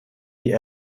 die